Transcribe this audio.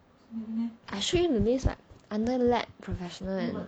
I showed you the list [what] under the lab professional and